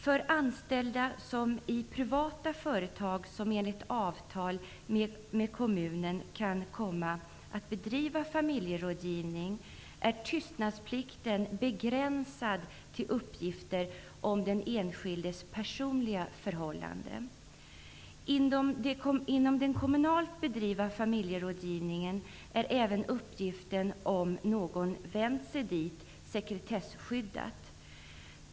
För anställda i privata företag som enligt avtal med kommunen kan komma att bedriva familjerådgivning är tystnadsplikten begränsad till uppgifter om den enskildes personliga förhållanden. Inom den kommunalt bedrivna familjerådgivningen är även uppgiften om någon vänt sig dit sekretesskyddad.